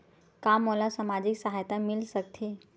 का मोला सामाजिक सहायता मिल सकथे?